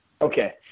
okay